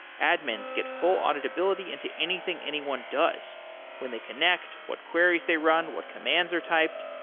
admins get full audit ability into anything anyone does when they connect, what queries they run, what commands are typed.